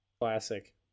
classic